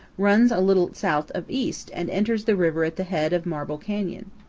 runs a little south of east and enters the river at the head of marble canyon.